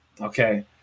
Okay